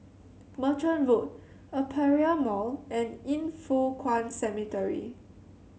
Merchant Road Aperia Mall and Yin Foh Kuan Cemetery